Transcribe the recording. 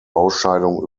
ausscheidung